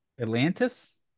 Atlantis